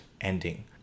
ending